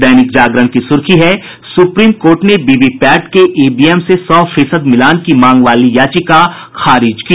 दैनिक जागरण की सुर्खी है सुप्रीम कोर्ट ने वीवीपैट के ईवीएम से सौ फीसद मिलान की मांग वाली याचिका खारिज की